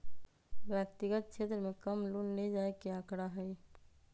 व्यक्तिगत क्षेत्र में कम लोन ले जाये के आंकडा हई